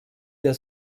der